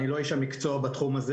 אני לא איש המקצוע בתחום הזה,